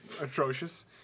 atrocious